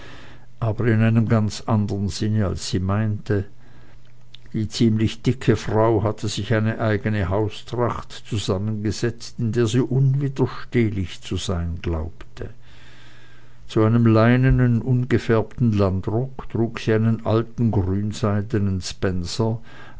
aber in einem ganz andern sinne als sie meinte die ziemlich dicke frau hatte sich eine eigene haustracht zusammengesetzt in der sie unwiderstehlich zu sein glaubte zu einem leinenen ungefärbten landrock trug sie einen alten grünseidenen spenzer